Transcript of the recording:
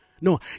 no